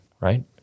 right